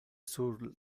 sur